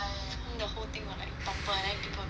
the whole thing will like topple and then people will be scared